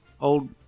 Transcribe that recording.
old